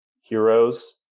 heroes